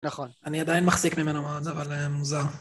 נכון. אני עדיין מחזיק ממנו מאוד, אבל מוזר...